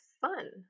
fun